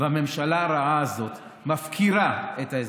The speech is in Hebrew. והממשלה הרעה הזאת מפקירה את האזרחים.